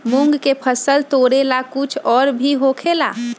मूंग के फसल तोरेला कुछ और भी होखेला?